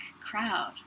crowd